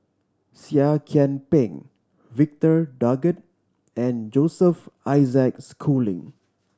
Seah Kian Peng Victor Doggett and Joseph Isaac Schooling